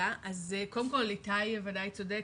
קודם כל איתי ודאי צודק,